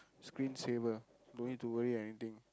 screen saver don't need to worry anything